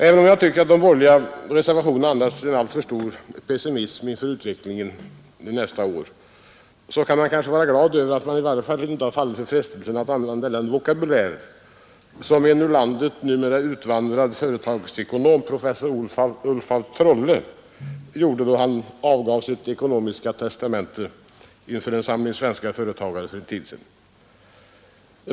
Även om jag tycker att de borgerliga reservationerna andas en alltför stor pessimism inför utvecklingen under nästa år, så kan man kanske vara glad över att reservanterna i varje fall inte har fallit för frestelsen att använda den vokabulär som en ur landet numera utvandrad företagsekonom, professor Ulf af Trolle, använde då han avgav sitt ekonomiska ”testamente” inför en samling svenska företagare för en tid sedan.